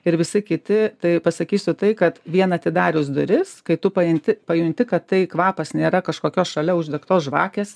ir visi kiti tai pasakysiu tai kad vien atidarius duris kai tu pajanti pajunti kad tai kvapas nėra kažkokios šalia uždegtos žvakės